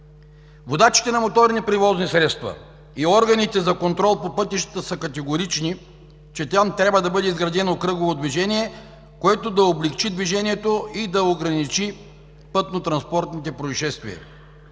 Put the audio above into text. Водачите на моторни превозни средства и органите за контрол по пътищата са категорични, че там трябва да бъде изградено кръгово движение, което да облекчи движението и да ограничи пътнотранспортните произшествия.